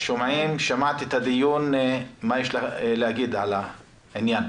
שמעת את הדיון, מה יש לך להגיד על העניין?